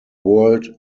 world